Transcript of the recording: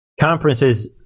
conferences